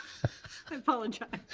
i apologize.